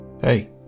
Hey